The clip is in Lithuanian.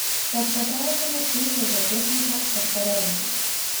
tad paprašėme ūkio zootechniką kad parodytų